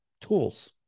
tools